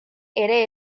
ere